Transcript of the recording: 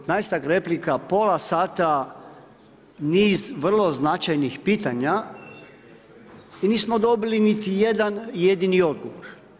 Petnaestak replika pola sata, niz vrlo značajnih pitanja i nismo dobili niti jedan jedini odgovor.